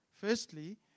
Firstly